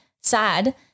sad